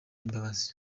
imbabazi